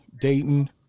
Dayton